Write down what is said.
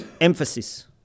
Emphasis